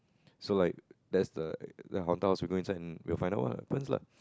so like that's the the haunted house we go in and we will find out what happens lah